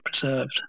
preserved